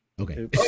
Okay